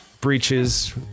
breaches